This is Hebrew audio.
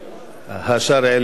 השרעי לערעורים.